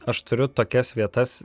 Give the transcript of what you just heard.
aš turiu tokias vietas